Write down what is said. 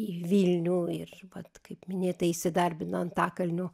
į vilnių ir vat kaip minėta įsidarbino antakalnio